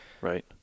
Right